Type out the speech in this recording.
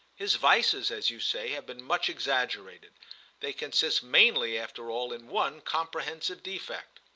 his vices, as you say, have been much exaggerated they consist mainly after all in one comprehensive defect.